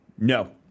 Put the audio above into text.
No